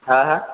હા હા